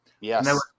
Yes